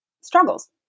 struggles